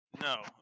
No